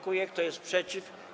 Kto jest przeciw?